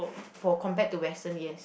for compared to Western yes